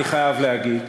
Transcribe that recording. אני חייב להגיד,